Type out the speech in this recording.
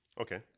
okay